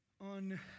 On